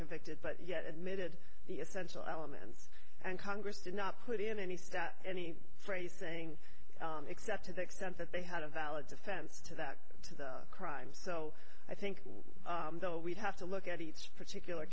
convicted but yet admitted the essential elements and congress did not put in any any phrase saying except to the extent that they had a valid defense to that to the crime so i think we'd have to look at each particular